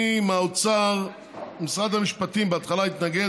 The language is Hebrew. אני, עם האוצר, משרד המשפטים בהתחלה התנגד.